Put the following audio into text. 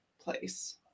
place